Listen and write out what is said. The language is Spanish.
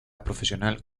profesional